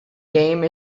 game